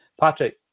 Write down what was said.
Patrick